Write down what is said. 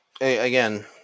again